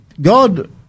God